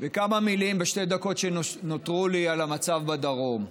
וכמה מילים, בשתי הדקות שנותרו לי, על המצב בדרום.